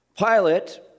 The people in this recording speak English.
Pilate